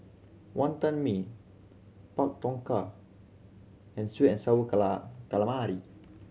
Wantan Mee Pak Thong Ko and sweet and sour calamari